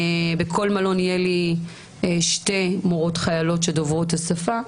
בכל מלון יהיו לי שתי מורות חיילות דוברות השפה.